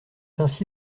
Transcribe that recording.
ainsi